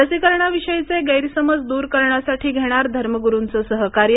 लशीकरणाविषयीचे गैरसमज दूर करण्यासाठी घेणार धर्मग्रूंचं सहकार्य